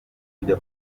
kujya